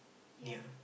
yeah